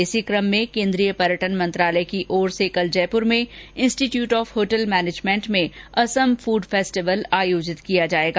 इसी कम में केन्द्रीय पर्यटन मंत्रालय की ओर से कल जयपुर में इंस्टीट्यूट ऑफ होटल मैनेजमेंट में असम फूड फेस्टिवल आयोजित किया जाएगा